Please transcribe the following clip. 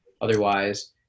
otherwise